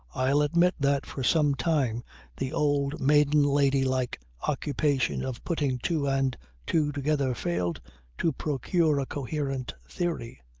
i'll admit that for some time the old-maiden-lady-like occupation of putting two and two together failed to procure a coherent theory.